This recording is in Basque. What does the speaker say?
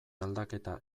aldaketa